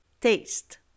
taste